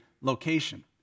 location